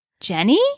Jenny